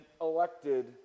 elected